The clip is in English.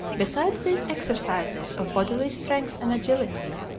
besides these exercises of bodily strength and agility,